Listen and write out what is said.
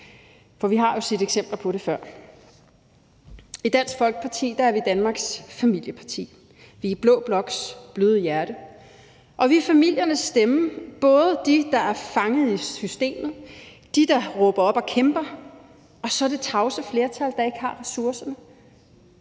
For vi har jo set eksempler på det før. I Dansk Folkeparti er vi Danmarks familieparti. Vi er blå bloks bløde hjerte, og vi er familiernes stemme, både for dem, der er fanget i systemet, dem, der råber op og kæmper, og så det tavse flertal, der ikke har ressourcerne.